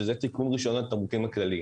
שזה רישיון התמרוקים הכללי.